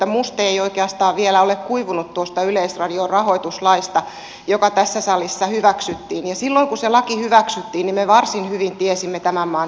muste ei oikeastaan vielä ole kuivunut tuosta yleisradion rahoituslaista joka tässä salissa hyväksyttiin ja silloin kun se laki hyväksyttiin niin me varsin hyvin tiesimme tämän maan taloudellisen tilanteen